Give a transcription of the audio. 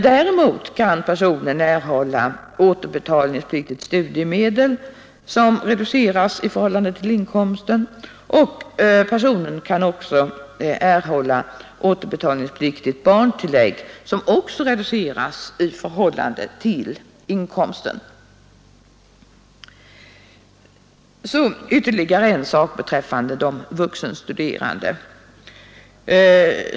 Däremot kan personen erhålla återbetalningspliktigt studiemedel, som reduceras i förhållande till inkomsten, och personen kan även erhålla återbetalningspliktigt barntillägg, som också reduceras i förhållande till inkomsten. Jag vill nämna ytterligare en sak beträffande de vuxenstuderande.